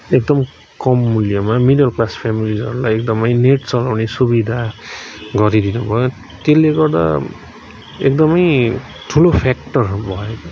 एकदम कम मूल्यमा मिडल क्लास फ्यामिलिजहरूलाई एकदमै नेट चलाउने सुविधा गरिदिनु भयो त्यसले गर्दा एकदमै ठुलो फ्याक्टर भयो